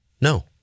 No